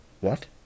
What